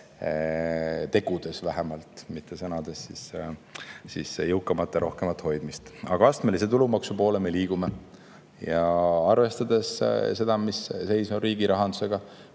tegudes kui mitte sõnades seda, et jõukamaid rohkem hoida. Aga astmelise tulumaksu poole me liigume. Arvestades seda, mis seis on riigi rahandusega,